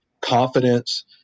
confidence